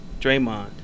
Draymond